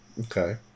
Okay